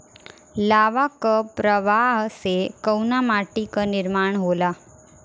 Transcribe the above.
लावा क प्रवाह से कउना माटी क निर्माण होला?